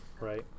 Right